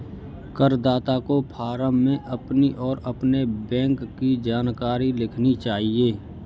करदाता को फॉर्म में अपनी और अपने बैंक की जानकारी लिखनी है